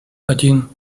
один